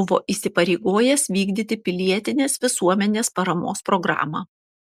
buvo įsipareigojęs vykdyti pilietinės visuomenės paramos programą